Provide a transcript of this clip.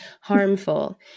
harmful